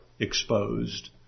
exposed